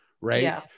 Right